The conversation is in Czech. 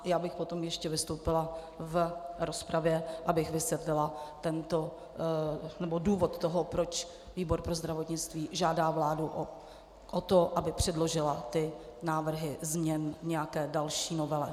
Já bych potom ještě vystoupila v rozpravě, abych vysvětlila důvod toho, proč výbor pro zdravotnictví žádá vládu o to, aby předložila návrhy změn k nějaké další novele.